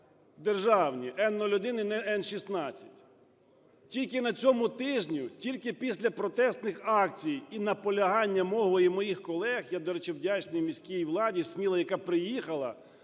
державні: Н01 і Н16. Тільки на цьому тижні, тільки післяпротестних акцій і наполягання мого і моїх колег - я до речі, вдячний міський владі Сміли, яка приїхала